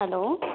hello